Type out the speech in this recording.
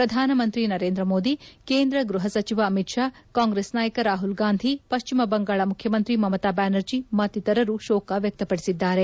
ಪ್ರಧಾನಮಂತ್ರಿ ನರೇಂದ್ರ ಮೋದಿ ಕೇಂದ್ರ ಗೃಹ ಸಚಿವ ಅಮಿತ್ ಶಾ ಕಾಂಗ್ರೆಸ್ ನಾಯಕ ರಾಹುಲ್ ಗಾಂಧಿ ಪಶ್ಚಿಮ ಬಂಗಾಳ ಮುಖ್ಯಮಂತ್ರಿ ಮಮತಾ ಬ್ಲಾನರ್ಜಿ ಮತ್ತಿತರರು ಶೋಕ ವ್ಯಕ್ತಪಡಿಸಿದ್ದಾರೆ